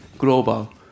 global